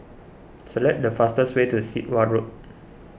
select the fastest way to Sit Wah Road